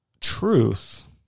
truth